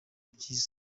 byiza